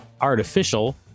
artificial